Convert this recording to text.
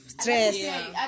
stress